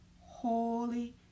holy